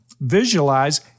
visualize